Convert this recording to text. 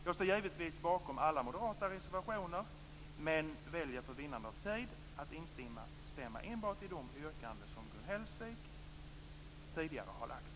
Jag står givetvis bakom alla moderata reservationer men väljer för vinnande av tid att instämma enbart i de yrkanden som Gun Hellsvik tidigare har gjort.